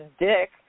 dick